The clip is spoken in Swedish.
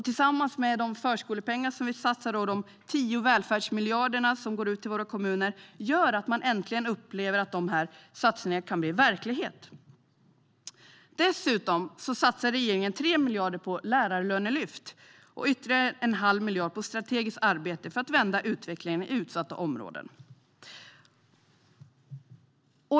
Tillsammans med de förskolepengar vi satsar och de 10 välfärdsmiljarder som går ut till våra kommuner gör det att man äntligen upplever att dessa satsningar kan bli verklighet. Regeringen satsar dessutom 3 miljarder på lärarlönelyft och ytterligare en halv miljard på strategiskt arbete för att vända utvecklingen i utsatta områden.